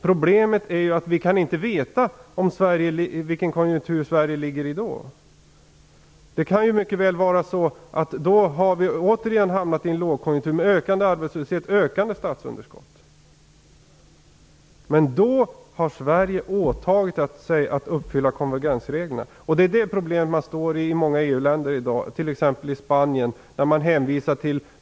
Problemet är ju att vi inte kan veta vilken konjunktur som kommer att råda i Sverige då. Sverige kan t.ex. åter ha hamnat i en lågkonjunktur med ökande arbetslöshet och statsunderskott. Men då har Sverige åtagit sig att uppfylla konvergensreglerna. Det är det problemet som många EU-länder har i dag, t.ex. Spanien.